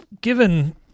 given